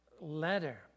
letter